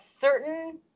certain